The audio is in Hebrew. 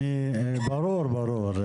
ברור, ברור.